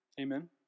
Amen